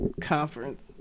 conference